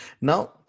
Now